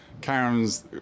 Karen's